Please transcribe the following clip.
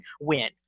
win